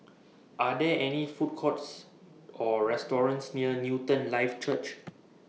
Are There Food Courts Or restaurants near Newton Life Church